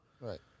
Right